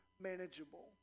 manageable